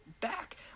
back